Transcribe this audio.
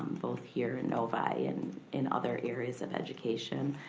both here in novi and in other areas of education.